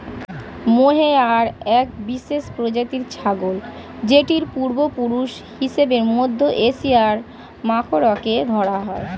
mohair এক বিশেষ প্রজাতির ছাগল যেটির পূর্বপুরুষ হিসেবে মধ্য এশিয়ার মাখরকে ধরা হয়